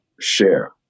share